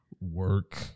work